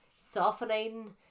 softening